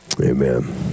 Amen